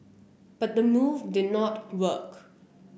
but the move did not work